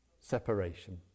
separation